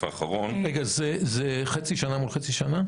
זה חצי שנה מול חצי שנה?